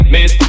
Miss